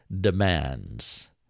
demands